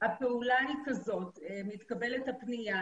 הפעולה היא כזאת: מתקבלת הפנייה,